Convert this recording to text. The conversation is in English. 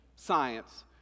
science